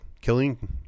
killing